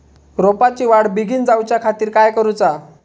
रोपाची वाढ बिगीन जाऊच्या खातीर काय करुचा?